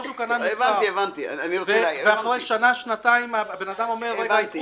או שהוא קנה מוצר ואחרי שנה שנתיים האדם אומר: רימו